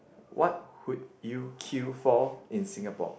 what would you queue for in Singapore